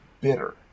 bitter